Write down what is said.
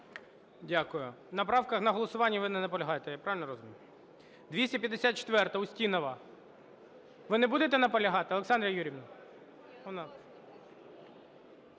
Дякую. На правках, на голосуванні ви не наполягаєте, я правильно розумію? 254-а, Устінова. Ви не будете наполягати, Олександра Юріївна?